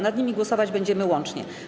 Nad nimi głosować będziemy łącznie.